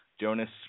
Jonas